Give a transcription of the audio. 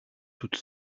toutes